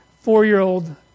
four-year-old